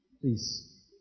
please